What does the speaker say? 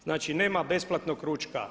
Znači nema besplatnog ručka.